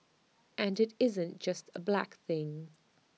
and IT isn't just A black thing